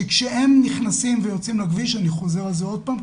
שכאשר הם נכנסים ויוצאים לכביש אני חוזר על זה עוד פעם,